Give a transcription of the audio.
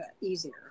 easier